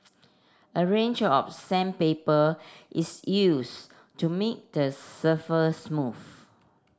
a range of sandpaper is use to make the surface smooth